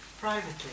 privately